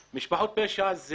פשע.